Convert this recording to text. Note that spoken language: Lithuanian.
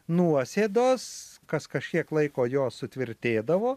nuosėdos kas kažkiek laiko jos sutvirtėdavo